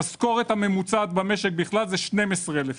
המשכורת הממוצעת במשק בכלל זה 12,000 שקלים.